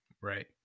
Right